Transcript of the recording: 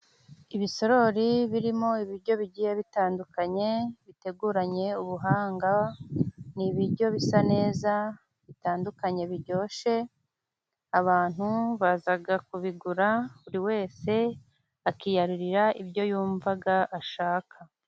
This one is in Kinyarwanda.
Ibisorori birimo ibiryo bigiye bitandukanye biteguranye ubuhanga, ni ibiryo bisa neza bitandukanye biryoshye, abantu baza kubigura, buri wese akiyarurira ibyo yumva ashaka.